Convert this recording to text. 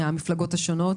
מהמפלגות השונות